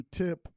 tip